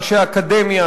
אנשי אקדמיה,